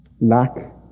lack